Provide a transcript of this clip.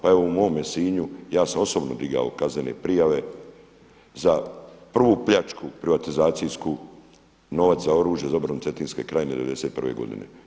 Pa evo i u mome Sinju ja sam osobno digao kaznene prijave za prvu pljačku privatizacijsku, novac za oružje za obranu Cetinske krajine 91. godine.